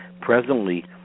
Presently